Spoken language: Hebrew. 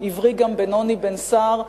עברי גם בעוני בן שר",